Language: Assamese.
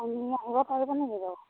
আপুনি আহিব পাৰিব নেকি বাৰু